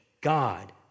God